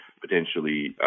potentially